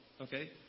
okay